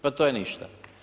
Pa to je ništa.